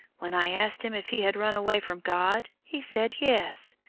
when i asked him if he had run away from god, he said yes,